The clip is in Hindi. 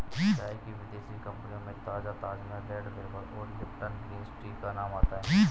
चाय की विदेशी कंपनियों में ताजा ताजमहल रेड लेबल और लिपटन ग्रीन टी का नाम आता है